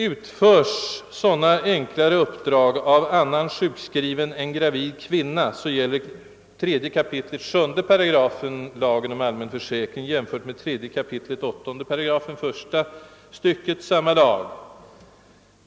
Utförs sådana enklare uppdrag av annan sjukskriven än gravid kvinna gäller 3 kap. 7 8 lagen om allmän försäkring jämfört med 3 kap. 8 § första stycket samma lag.